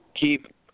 Keep